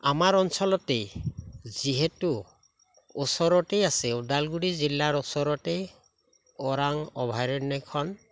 আমাৰ অঞ্চলতেই যিহেতু ওচৰতেই আছে ওদালগুৰি জিলাৰ ওচৰতেই ওৰাং অভয়াৰণ্যখন